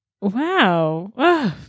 wow